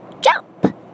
jump